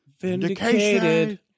Vindicated